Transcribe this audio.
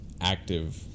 active